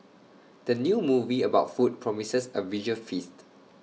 the new movie about food promises A visual feast